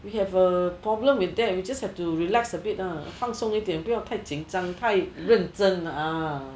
we have a problem with them you just have to relax a bit 放松一点不要太紧张太认真 ah